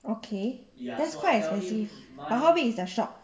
okay that's quite expensive but how big is the shop